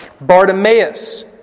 Bartimaeus